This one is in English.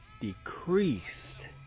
decreased